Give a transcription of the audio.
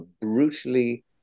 brutally